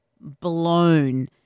blown